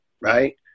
right